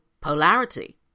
polarity